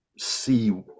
see